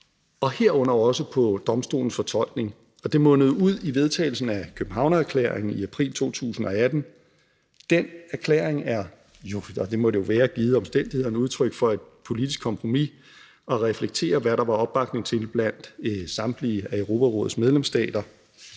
herunder også på domstolens fortolkning. Det mundede ud i vedtagelsen af Københavnererklæringen i april 2018. Den erklæring er jo – givet omstændighederne – udtryk for et politisk kompromis og reflekterer, hvad der var opbakning til blandt samtlige af Europarådets medlemsstater.